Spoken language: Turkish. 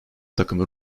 takımı